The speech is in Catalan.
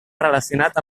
relacionat